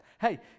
Hey